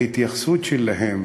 ההתייחסות שלהם